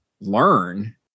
learn